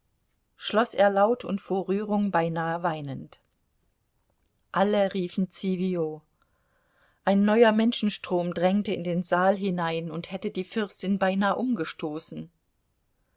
schloß er laut und vor rührung beinah weinend alle riefen zivio ein neuer menschenstrom drängte in den saal hinein und hätte die fürstin beinah umgestoßen